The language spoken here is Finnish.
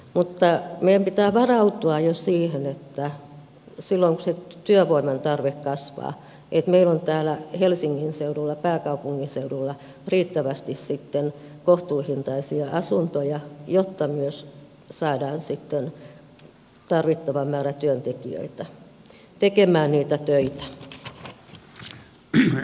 mutta meidän pitää varautua jo siihen että silloin kun se työvoiman tarve kasvaa meillä on täällä helsingin seudulla pääkaupunkiseudulla riittävästi sitten kohtuuhintaisia asuntoja jotta myös saadaan sitten tarvittava määrä työntekijöitä tekemään niitä töitä